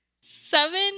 Seven